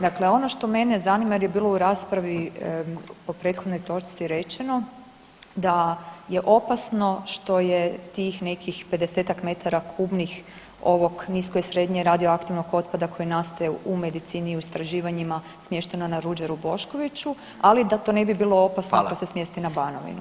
Dakle, ono što mene zanima jer je bilo u raspravi po prethodnoj točci rečeno da je opasno što je tih nekih 50 metara kubnih ovog nisko i srednje radioaktivnog otpada koji nastaje u medicini i u istraživanjima smješteno na Ruđeru Boškoviću, ali da to ne bi bilo opasno da se smjesti na [[Upadica: Hvala.]] Banovinu.